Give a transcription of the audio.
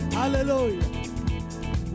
Hallelujah